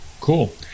Cool